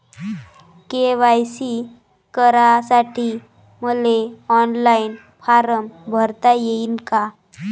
KYC करासाठी मले online form भरता येईन का?